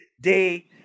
day